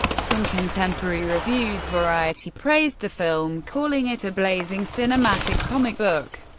from contemporary reviews, variety praised the film, calling it a blazing, cinematic comic book,